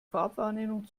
farbwahrnehmung